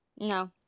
No